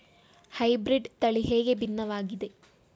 Hybrid ತಳಿ ಹೇಗೆ ಭಿನ್ನವಾಗಿದೆ?